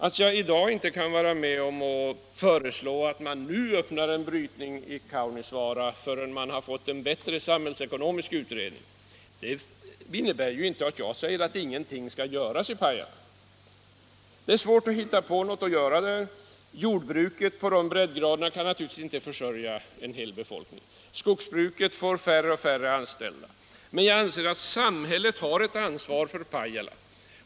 Att jag i dag inte kan vara med om att föreslå att man nu, innan man fått en bättre samhällsekonomisk utredning, öppnar en brytning i Kaunisvaara innebär inte att jag säger att ingenting skall göras i Pajala. Det är svårt att hitta på någonting att göra där. Jordbruket på de breddgraderna kan naturligtvis inte försörja en hel befolkning. Skogsbruket får färre och färre anställda. Men jag anser att samhället har ett ansvar för Pajala.